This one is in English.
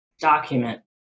document